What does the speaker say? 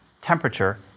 temperature